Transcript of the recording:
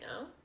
now